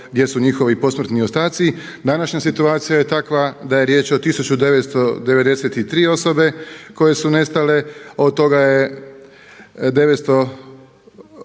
gdje su njihovi posmrtni ostaci. Današnja situacija je takva da je riječ o 1993 osobe koje su nestale a od toga je 1571